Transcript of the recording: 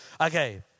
okay